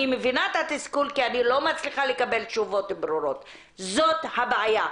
אני מבינה את התסכול כי אני לא מצליחה לקבל תשובות ברורות - זאת הבעיה.